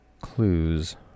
clues